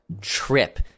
trip